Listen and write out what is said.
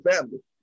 family